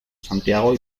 santiago